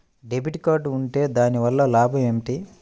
Debit card ఉంటే దాని వలన లాభం ఏమిటీ?